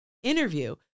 interview